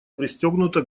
пристегнута